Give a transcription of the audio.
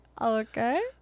Okay